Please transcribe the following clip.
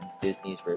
Disney's